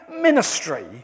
ministry